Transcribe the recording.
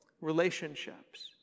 relationships